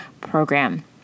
program